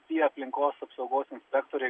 tie aplinkos apsaugos inspektoriai